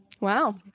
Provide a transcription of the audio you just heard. Wow